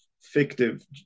fictive